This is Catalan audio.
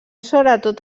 sobretot